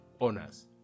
owners